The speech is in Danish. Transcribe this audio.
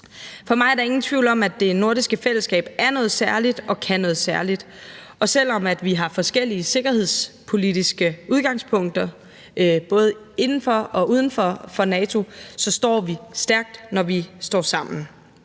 For mig er der ingen tvivl om, at det nordiske fællesskab er noget særligt og kan noget særligt, og selv om vi har forskellige sikkerhedspolitiske udgangspunkter både inden for og uden for NATO, står vi stærkt, når vi står sammen.